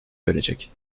verecek